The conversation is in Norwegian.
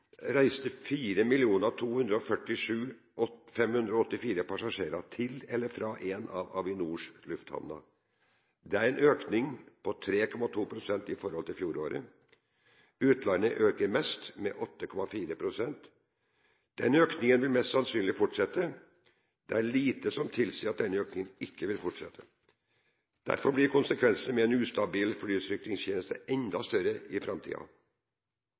reiste 4 247 584 passasjerer til eller fra en av Avinors lufthavner. Det er en økning på 3,2 pst. i forhold til fjoråret. Utlandet øker mest, med 8,4 pst. Denne økningen vil mest sannsynlig fortsette. Det er lite som tilsier at denne økningen ikke vil fortsette. Derfor blir konsekvensene med en ustabil flysikringstjeneste enda større i